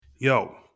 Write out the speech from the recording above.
Yo